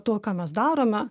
tuo ką mes darome